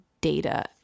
data